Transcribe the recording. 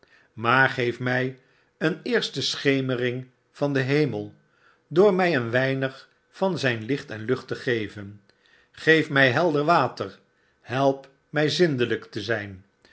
maar geef mij een eerste schemering van den hemel door mij een weinig van zijn licht en lucht te geven geef mij helder water help mij zindelijk te zijn